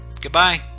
Goodbye